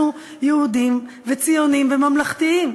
אנחנו יהודים, ציונים וממלכתיים,